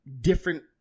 different –